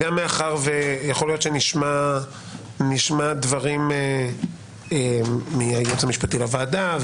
יכול להיות שנשמע דברים מהייעוץ המשפטי לוועדה,